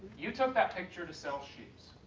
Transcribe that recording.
you took that picture to sell shoes,